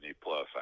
Plus